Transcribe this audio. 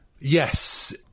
Yes